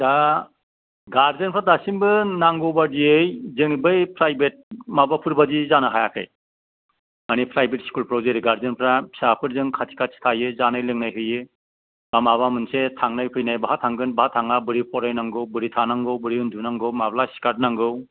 दा गार्जेनफ्रा दासिमबो नांगौबादियै जों बै प्राइभेट माबाफोर बादि जानो हायाखै मानि प्राइभेट स्कुलफ्राव जेरै गार्जेनफ्रा फिसाफोरजों खाथि खाथि थायो जानाय लोंनाय हैयो बा माबा मोनसे थांनाय फैनाय बाहा थांगोन बाहा थाङा बोरै फरायनांगौ बोरै थानांगौ बोरै उन्दुनांगौ माब्ला सिखारनांगौ